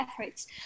efforts